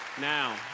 now